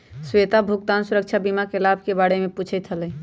श्वेतवा भुगतान सुरक्षा बीमा के लाभ के बारे में पूछते हलय